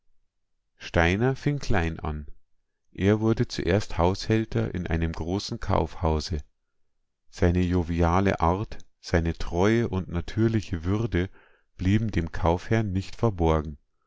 steiner fing klein an er wurde zuerst haushälter in einem großen kaufhause seine joviale art seine treue und natürliche würde blieben dem kaufherrn nicht verborgen